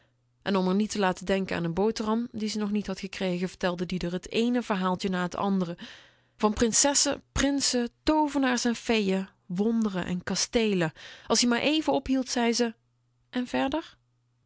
en om r niet te laten denken aan de boterham die ze nog niet had gekregen vertelde ie r t eene verhaaltje na t andere t eene al mooier dan t andere van prinsessen prinsen toovenaars en feeën wonderen en kasteelen als-ie maar éven ophield zei ze en verder